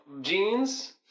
jeans